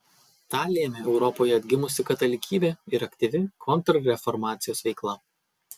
tą lėmė europoje atgimusi katalikybė ir aktyvi kontrreformacijos veikla